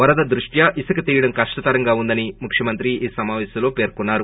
వరద దృష్ట్యా ఇసుక తీయడం కష్టంగా ఉందని ముఖ్యమంత్రి ఈ సమావేశంలో పేర్కొన్నారు